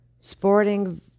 sporting